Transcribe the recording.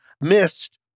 missed